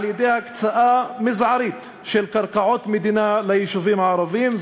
על-ידי הקצאה מזערית של קרקעות מדינה ליישובים הערביים,